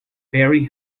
very